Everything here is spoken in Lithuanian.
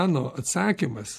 mano atsakymas